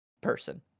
person